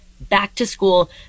back-to-school